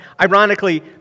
Ironically